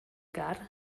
gar